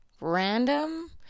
random